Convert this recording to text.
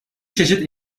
çeşit